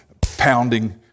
pounding